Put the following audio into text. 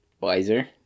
Wiser